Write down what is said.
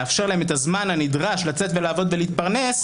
לאפשר להם את הזמן הנדרש לצאת ולעבוד ולהתפרנס,